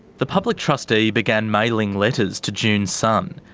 the public trustee began mailing letters to june's son,